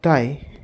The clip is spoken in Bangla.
তাই